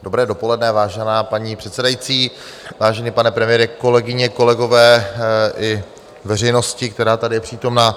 Dobré dopoledne, vážená paní předsedající, vážený pane premiére, kolegyně, kolegové, i veřejnosti, která je tady přítomna.